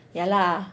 ya lah